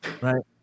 right